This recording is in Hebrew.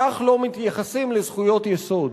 כך לא מתייחסים לזכויות יסוד.